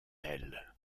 elle